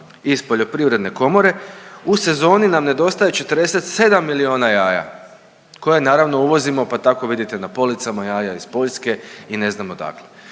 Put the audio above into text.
iz Poljoprivredne komore u sezoni nam nedostaje 47 milijona jaja koje naravno uvozimo pa tako vidite na policama jaja iz Poljske i ne znam odakle.